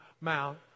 Mount